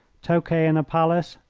tokay in a palace,